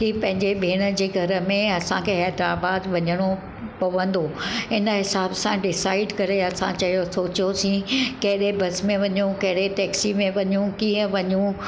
की पंहिंजे भेंण जे घर में असांखे हैदराबाद वञिणो पवंदो इन हिसाब सां डिसाइड करे असां चयो सोचियोसीं कहिड़े बस में वञूं कहिड़े टैक्सी में वञूं कीअं वञूं